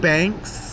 Banks